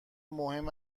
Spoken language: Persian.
مهم